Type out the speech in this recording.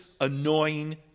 annoying